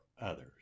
others